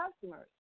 customers